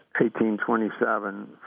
1827